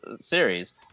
series